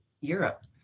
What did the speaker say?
Europe